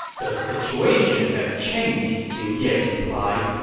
the situation has changed, liu ye replied.